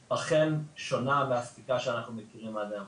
אזי שהיא אכן שונה מהספיקה שאנחנו מכירים היום